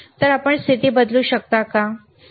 तर आपण स्थिती बदलू शकता आपण पहा